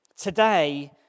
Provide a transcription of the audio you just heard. Today